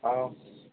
औ